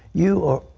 you are